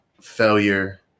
failure